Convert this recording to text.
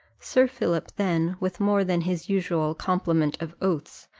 sir philip then, with more than his usual complement of oaths,